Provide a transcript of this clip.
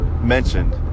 mentioned